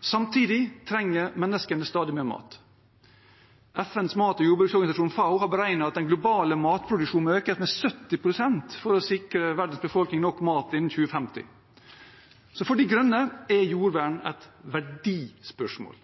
Samtidig trenger menneskene stadig mer mat. FNs mat- og jordbruksorganisasjon, FAO, har beregnet at den globale matproduksjonen må økes med 70 pst. for å sikre verdens befolkning nok mat innen 2050. For De Grønne er jordvern et verdispørsmål.